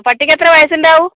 പട്ടിക്ക് എത്ര വയസ്സ് ഉണ്ടാകും